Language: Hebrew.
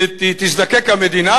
תזדקק המדינה,